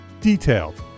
Detailed